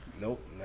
Nope